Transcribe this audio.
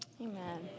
Amen